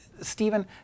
Stephen